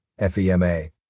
FEMA